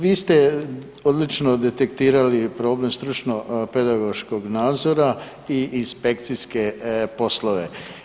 Vi ste odlično detektirali problem stručno pedagoškog nadzora i inspekcijske poslove.